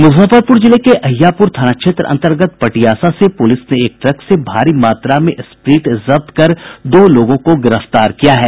मुजफ्फरपुर जिले के अहियापुर थाना क्षेत्र अंतर्गत पटियासा से पुलिस ने एक ट्रक से भारी मात्रा में स्प्रीट जब्त कर दो लोगों को गिरफ्तार किया है